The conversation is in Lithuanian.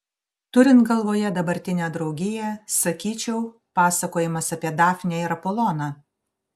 turint galvoje dabartinę draugiją sakyčiau pasakojimas apie dafnę ir apoloną